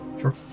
Sure